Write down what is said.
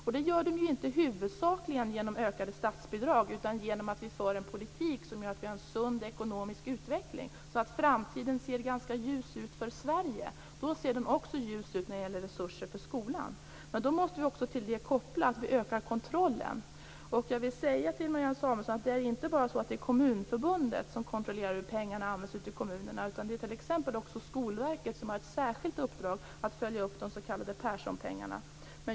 Och det gör de inte huvudsakligen genom ökade statsbidrag utan genom att vi för en politik som gör att vi har en sund ekonomisk utveckling. Framtiden ser ganska ljus ut för Sverige. Då ser den också ljus ut när det gäller resurser till skolan. Då måste vi också till detta koppla att vi ökar kontrollen. Och jag vill säga till Marianne Samuelsson att det inte bara är Kommunförbundet som kontrollerar hur pengarna används ute i kommunerna. Det är också t.ex. Skolverket, som har ett särskilt uppdrag att följa upp de s.k. Perssonpengarna.